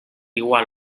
igual